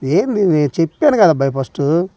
ఏందిది చెప్పాను కదా అబ్బాయి ఫస్టు